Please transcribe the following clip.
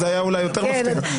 זה היה אולי יותר מפתיע.